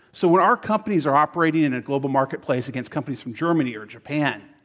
so, when our companies are operating in a global marketplace against companies from germany or japan